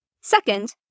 Second